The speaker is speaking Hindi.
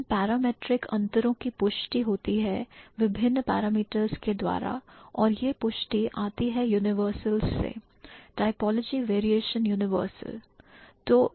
इन parametric अंतरों की पुष्टि होती है विभिन्न parameters के द्वारा और यह पुष्टि आती है universals से typology varia tion universal